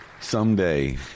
Someday